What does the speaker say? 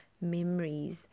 memories